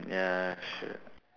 ya